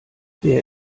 wer